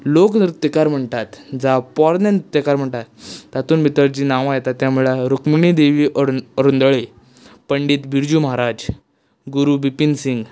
लोक नृत्यकार म्हणटात जांव पोरणे नृत्यकार म्हणटा तेतून भितर जीं नांवा येता तें म्हळ्यार रुक्मिणी देवी अरुंदोळे पंडित बिर्जू महाराज गुरू बिपीन सिंग